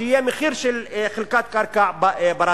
שיהיה מחיר של חלקת קרקע בת-השגה,